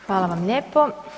Hvala vam lijepo.